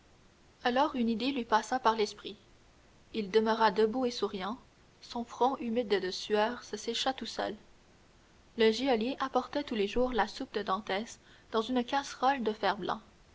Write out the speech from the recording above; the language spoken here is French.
alors une idée lui passa par l'esprit il demeura debout et souriant son front humide de sueur se sécha tout seul le geôlier apportait tous les jours la soupe de dantès dans une casserole de fer-blanc